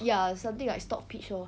ya something like stock pitch lor